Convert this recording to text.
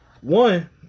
One